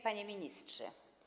Panie Ministrze!